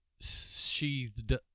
sheathed